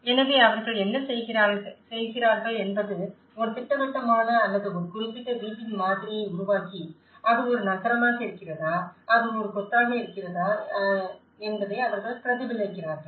எனவே அவர்கள் என்ன செய்கிறார்கள் என்பது ஒரு திட்டவட்டமான அல்லது ஒரு குறிப்பிட்ட வீட்டின் மாதிரியை உருவாக்கி அது ஒரு நகரமாக இருக்கிறதா அது ஒரு கொத்தா என்பதை அவர்கள் பிரதிபலிக்கிறார்கள்